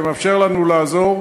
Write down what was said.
שמאפשר לנו לעזור,